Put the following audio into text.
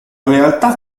realtà